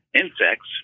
insects